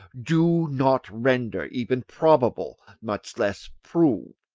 do not render even probable much less prove.